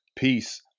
Peace